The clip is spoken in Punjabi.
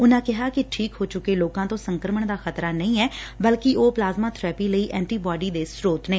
ਉਨਾਂ ਕਿਹਾ ਕਿ ਠੀਕ ਹੋ ਚੁੱਕੇ ਲੋਕਾਂ ਤੋਂ ਸੰਕਰਮਣ ਦਾ ਖਤਰਾ ਨਹੀਂ ਐ ਬਲਕਿ ਉਹ ਪਲਾਜ਼ਮਾਂ ਬਰੈਪੀ ਲਈ ਐਂਟੀਬੋਡੀ ਦੇ ਸਰੋਤ ਨੇ